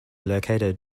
located